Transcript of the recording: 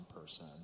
person